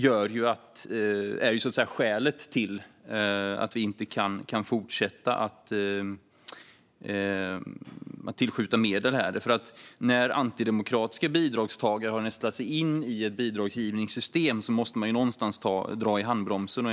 Det är skälet till att vi inte kan fortsätta att tillskjuta medel. När antidemokratiska bidragstagare har nästlat sig in i ett bidragsgivningssystem måste man dra i handbromsen.